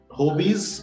hobbies